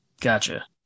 Gotcha